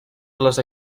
les